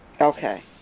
Okay